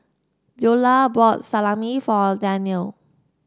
Beulah bought Salami for Danielle